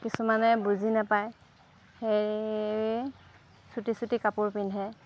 কিছুমানে বুজি নাপায় সেয়ে চুটি চুটি কাপোৰ পিন্ধে